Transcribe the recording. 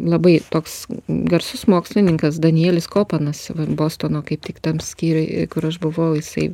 labai toks garsus mokslininkas danielis kopanas bostono kaip tik tam skyriuj kur aš buvau jisai